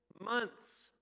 months